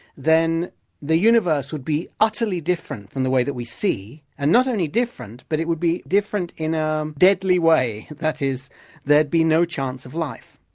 then the universe would be utterly different from the way that we see, and not only different, but it would be different in a deadly way, that is there'd be no chance of life.